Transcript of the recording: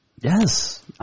Yes